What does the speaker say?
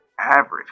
average